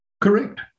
Correct